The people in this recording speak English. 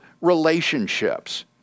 relationships